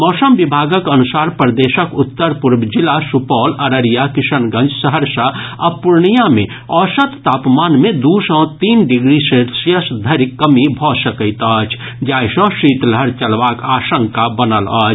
मौसम विभागक अनुसार प्रदेशक उत्तर पूर्व जिला सुपौल अररिया किशनगंज सहरसा आ पूर्णिया मे औसत तापमान मे दू सॅ तीन डिग्री सेल्सियस धरि कमी भऽ सकैत अछि जाहि सॅ शीतलहर चलबाक आशंका बनल अछि